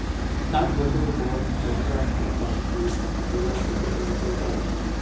ষাট বছরের পর সরকার চাকরি গুলা থাকে পেনসন পায়